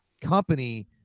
company